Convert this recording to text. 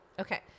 Okay